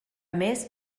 més